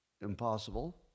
Impossible